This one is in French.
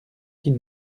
qu’il